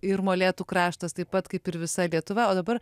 ir molėtų kraštas taip pat kaip ir visa lietuva o dabar